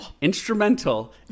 Instrumental